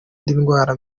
ndwara